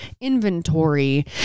inventory